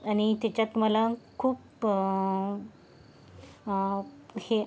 आणि त्याच्यात मला खूप हे